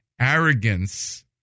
arrogance